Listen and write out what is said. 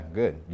good